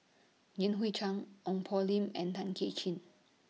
Yan Hui Chang Ong Poh Lim and Tay Kay Chin